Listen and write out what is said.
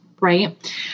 right